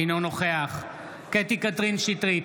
אינו נוכח קטי קטרין שטרית,